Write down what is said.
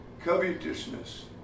Covetousness